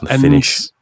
Finish